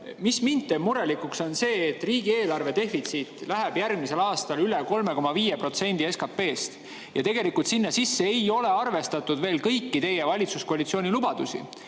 mis mind teeb murelikuks, on see, et riigieelarve defitsiit läheb järgmisel aastal üle 3,5% SKP‑st ja tegelikult sinna sisse ei ole arvestatud kõiki teie valitsuskoalitsiooni lubadusi.